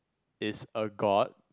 is a god